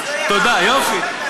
תודה, יופי.